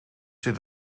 zit